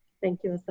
thank you so